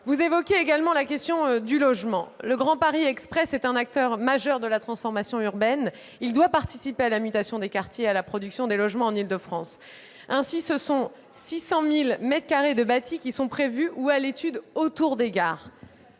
Vous évoquez également la question du logement. Le Grand Paris Express est un acteur majeur de la transformation urbaine : il doit participer à la mutation des quartiers et à la production des logements en Île-de-France. Ainsi, ce sont 600 000 mètres carrés de bâti qui sont prévus ou à l'étude autour des gares.